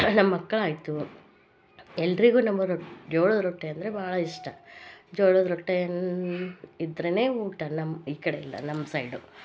ನಮ್ಮ ಅಕ್ಕ ಆಯಿತು ಎಲ್ಲರಿಗು ನಮ್ಮೊರುಗ ಜೋಳದ ರೊಟ್ಟಿ ಅಂದರೆ ಭಾಳ ಇಷ್ಟ ಜೋಳದ ರೊಟ್ಟೆ ಇದ್ದರೇನೆ ಊಟ ನಮ್ಮ ಈ ಕಡೆ ಎಲ್ಲ ನಮ್ಮ ಸೈಡು